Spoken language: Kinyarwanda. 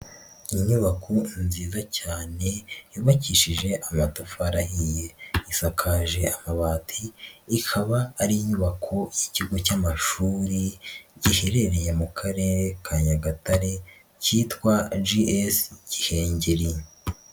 Inyubako nziza cyane yubakishije amatafari ahiye, isakaje amabati, ikaba ari inyubako y'ikigo cy'amashuri giherereye mu Karere ka Nyagatare kitwa G.S Gihengeri.